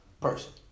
person